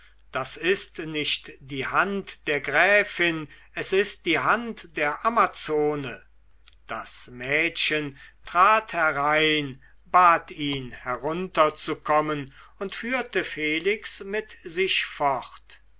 das ist nicht die hand der gräfin es ist die hand der amazone das mädchen trat herein bat ihn herunterzukommen und führte felix mit sich fort